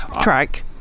track